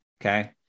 okay